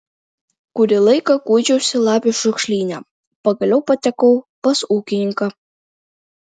kurį laiką kuičiausi lapių šiukšlyne pagaliau patekau pas ūkininką